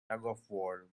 tugofwar